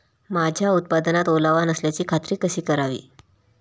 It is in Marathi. माझ्या उत्पादनात ओलावा नसल्याची खात्री कशी करावी?